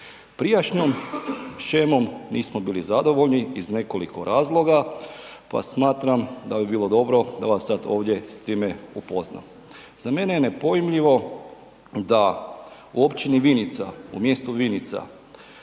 Prijašnjom shemom nismo bili zadovoljni iz nekoliko razloga pa smatram da bi bilo dobro da vas ovdje s time upoznam. Za mene je nepojmljivo da u općini Vinica, u mjesto Vinica